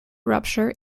rupture